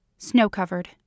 snow-covered